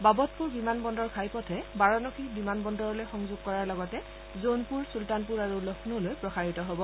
বাবটপুৰ বিমান বন্দৰ ঘাইপথে বাৰানসীত বিমান বন্দৰলৈ সংযোগ কৰাৰ লগতে জোনপুৰ চূলতানপুৰ আৰু লক্ষ্ণৌলৈ প্ৰসাৰিত হব